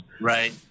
Right